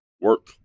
work